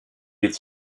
est